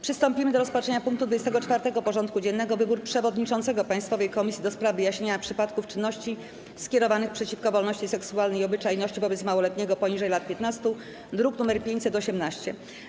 Przystępujemy do rozpatrzenia punktu 24. porządku dziennego: Wybór Przewodniczącego Państwowej Komisji do spraw wyjaśniania przypadków czynności skierowanych przeciwko wolności seksualnej i obyczajności wobec małoletniego poniżej lat 15 (druk nr 518)